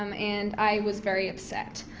um and i was very upset.